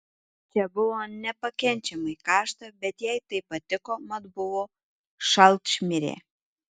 čia buvo nepakenčiamai karšta bet jai tai patiko mat buvo šalčmirė